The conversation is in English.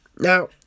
Now